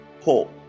Paul